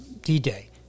D-Day